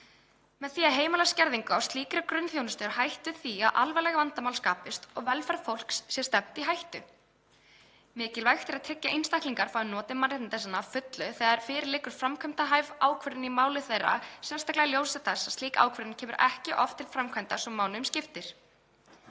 Með því að heimila skerðingu á slíkri grunnþjónustu er hætt við því að alvarleg vandamál skapist og velferð fólks sé stefnt í hættu. Mikilvægt er að tryggja að einstaklingar fái notið mannréttinda sinna að fullu þegar fyrir liggur framkvæmdarhæf ákvörðun í málum þeirra sérstaklega í ljósi þess að slík ákvörðun kemur oft ekki til framkvæmda svo mánuðum skiptir.